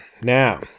Now